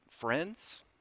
friends